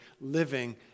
living